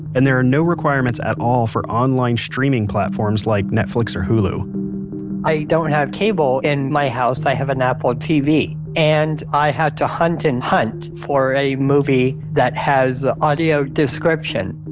and there are no requirements at all for online streaming platforms like netflix or hulu i don't have cable in my house, i have an apple tv. and i had to hunt and hunt for a movie that has audio description.